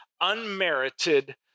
unmerited